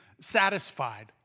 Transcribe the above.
satisfied